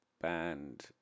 band